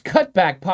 Cutback